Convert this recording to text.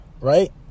Right